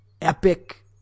epic